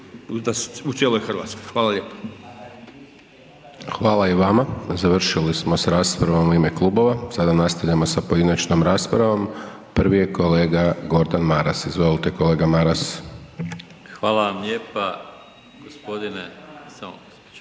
Hvala lijepo. Završili smo s raspravama u ime klubova. Sada nastavljamo s pojedinačnom raspravom. Prvi je kolege Gordan Maras. Izvolite kolega Maras. **Maras, Gordan